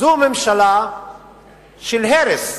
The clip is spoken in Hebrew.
זו ממשלה של הרס.